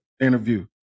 interview